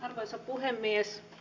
arvoisa puhemies